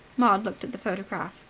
maud looked at the photograph.